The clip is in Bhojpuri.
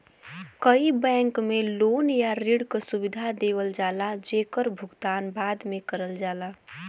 कई बैंक में लोन या ऋण क सुविधा देवल जाला जेकर भुगतान बाद में करल जाला